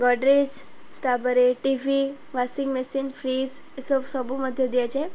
ଗଡ଼ରେଜ୍ ତାପରେ TV washing machine fridge ଏସବୁ ସବୁ ମଧ୍ୟ ଦିଆଯାଏ